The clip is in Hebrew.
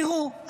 תראו,